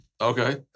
Okay